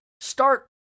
start